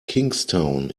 kingstown